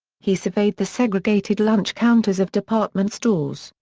he surveyed the segregated lunch counters of department stores,